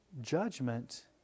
judgment